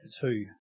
two